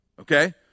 okay